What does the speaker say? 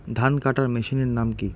ধান কাটার মেশিনের নাম কি?